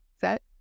set